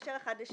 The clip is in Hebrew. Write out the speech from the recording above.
לקשר אחד בשני.